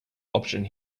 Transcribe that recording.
option